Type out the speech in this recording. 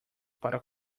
para